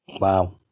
Wow